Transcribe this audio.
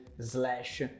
slash